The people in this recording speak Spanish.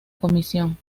comisión